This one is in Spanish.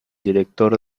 director